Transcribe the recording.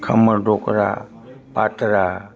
khaman dhokla પાતરા